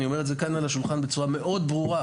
אני אומר את זה כאן על השולחן בצורה מאוד ברורה,